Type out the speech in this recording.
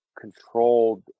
controlled